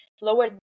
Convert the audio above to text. lower